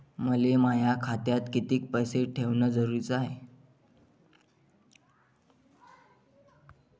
मले माया खात्यात कितीक पैसे ठेवण जरुरीच हाय?